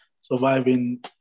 Surviving